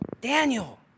Daniel